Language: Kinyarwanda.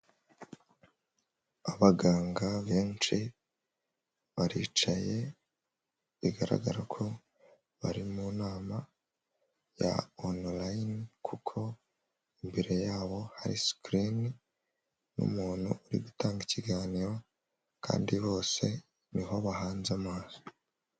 Abaganga benshi baricaye, bigaragara ko bari mu nama ya Onurayine kuko imbere yabo hari sikirini n'umuntu uri gutanga ikiganiro, kandi bose ni ho bahanze amaso.